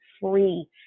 free